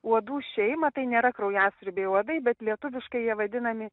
uodų šeimą tai nėra kraujasiurbiai uodai bet lietuviškai jie vadinami